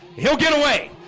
he'll get away.